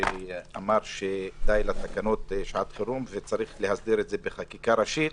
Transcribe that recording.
שאמר די לתקנות שעת חירות ושצריך להסדיר את זה בחקיקה ראשית.